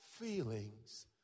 feelings